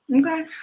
Okay